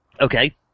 Okay